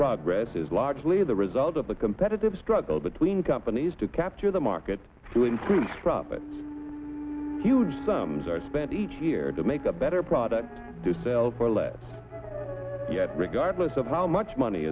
progress is largely the result of the competitive struggle between companies to capture the market through increased profit huge sums are spent each year to make a better product to sell for less yet regardless of how much money